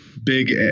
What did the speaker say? big